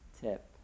tip